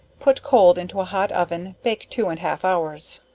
put cold into a hot oven, bake two and half hours.